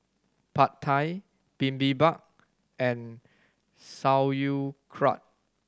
Pad Thai Bibimbap and Sauerkraut